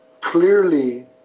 Clearly